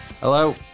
Hello